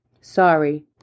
sorry